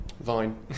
Vine